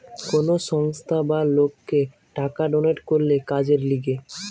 কোন সংস্থা বা লোককে টাকা ডোনেট করলে কাজের লিগে